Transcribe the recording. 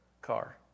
Car